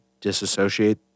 disassociate